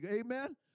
amen